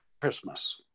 Christmas